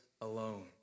alone